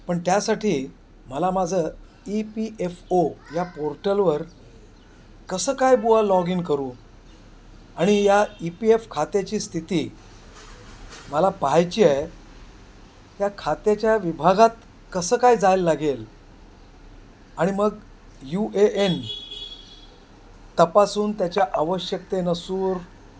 पण त्यासाठी मला माझं ई पी एफ ओ या पोर्टलवर कसं काय बुवा लॉग इन करू आणि या ई पी एफ खात्याची स्थिती मला पाहायची आहे या खात्याच्या विभागात कसं काय जायला लागेल आणि मग यू ए एन तपासून त्याच्या आवश्यकते नसूर